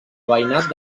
veïnat